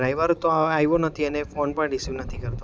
driver તો આવ્યો નથી અને ફોન પણ રિસીવ નથી કરતો